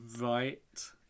Right